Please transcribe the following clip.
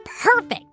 perfect